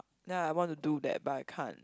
then I want to do that but I can't